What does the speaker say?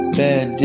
bad